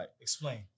explain